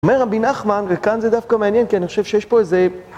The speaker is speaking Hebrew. אומר רבי נחמן, וכאן זה דווקא מעניין, כי אני חושב שיש פה איזה...